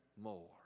more